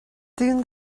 dún